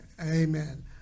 Amen